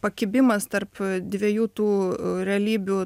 pakibimas tarp dviejų tų realybių